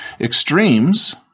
Extremes